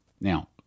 Now